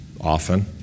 often